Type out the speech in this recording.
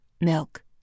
Milk